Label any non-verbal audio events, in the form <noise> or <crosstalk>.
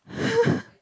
<laughs>